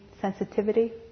sensitivity